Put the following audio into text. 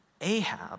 Ahab